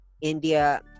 India